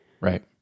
Right